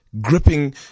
gripping